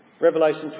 Revelation